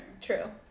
True